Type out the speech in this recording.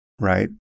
right